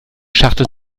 schachtel